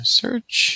search